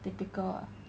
typical [what]